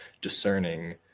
discerning